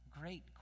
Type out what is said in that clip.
great